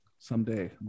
Someday